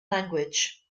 language